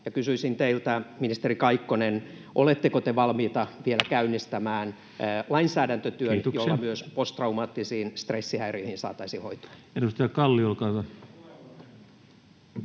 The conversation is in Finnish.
kysyisin teiltä, ministeri Kaikkonen: oletteko te valmis vielä käynnistämään lainsäädäntötyön, jolla myös posttraumaattisiin stressihäiriöihin saataisiin hoitoa?